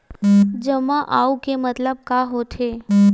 जमा आऊ के मतलब का होथे?